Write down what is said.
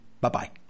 bye-bye